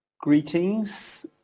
greetings